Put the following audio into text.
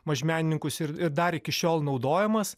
mažmenininkus ir ir dar iki šiol naudojamas